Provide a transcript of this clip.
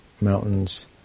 mountains